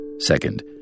Second